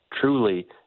truly